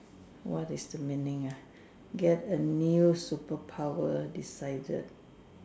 what is the meaning ah get a new superpower decided